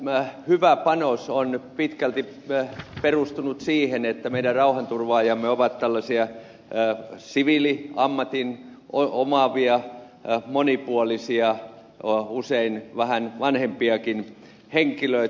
tämä meidän hyvä panoksemme on pitkälti perustunut siihen että meidän rauhanturvaajamme ovat tällaisia siviiliammatin omaavia monipuolisia usein vähän vanhempiakin henkilöitä